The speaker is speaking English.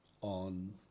on